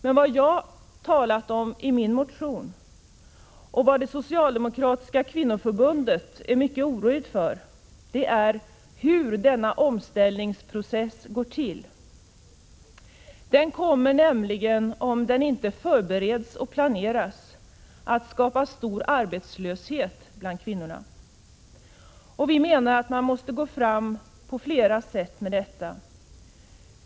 Men vad jag talat om i min motion och vad Socialdemokratiska kvinnoförbundet är mycket oroligt för är hur denna omställningsprocess går till. Den kommer nämligen, om den inte förbereds och planeras, att skapa stor arbetslöshet bland kvinnorna. Vi menar att man måste gå fram på flera sätt med detta.